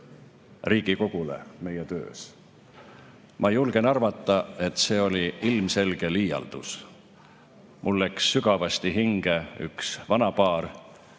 Riigikogule meie töös. Ma julgen arvata, et see oli ilmselge liialdus. Mulle läks sügavasti hinge üks vanapaar,